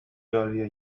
earlier